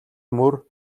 мөр